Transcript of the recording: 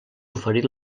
oferir